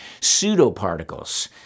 pseudoparticles